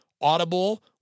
Audible